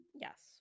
yes